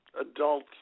adult